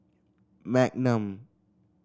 magnum